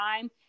time